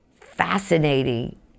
fascinating